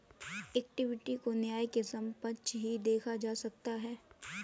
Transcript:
equity को न्याय के समक्ष ही देखा जा सकता है